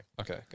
Okay